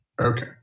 Okay